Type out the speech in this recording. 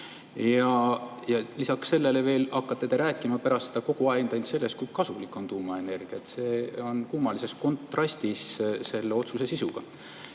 Ja lisaks sellele hakkate te rääkima pärast seda kogu aeg ainult sellest, kui kasulik on tuumaenergia. See on kummalises kontrastis selle otsuse sisuga.